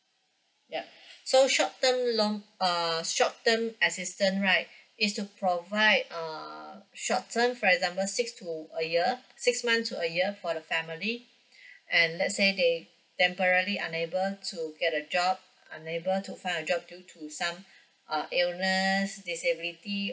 ya so short term long err short term assistant right is to provide err short term for example six to a year six months to a year for the family and let's say they temporary unable to get a job unable to find a job due to some uh illness disability